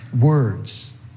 words